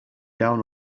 down